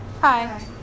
Hi